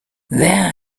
there